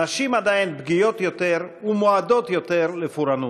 נשים עדיין פגיעות יותר ומועדות יותר לפורענות.